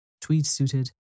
tweed-suited